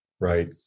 Right